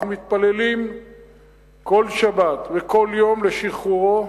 אנחנו מתפללים כל שבת וכל יום לשחרורו,